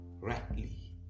rightly